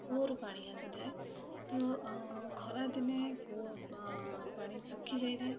କୂଅରୁ ପାଣି ଆସିଥାଏ ତ ଖରାଦିନେ କୂଅ ପାଣି ଶୁଖିଯାଇଥାଏ